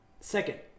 Second